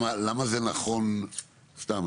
סתם,